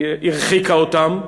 היא הרחיקה אותם.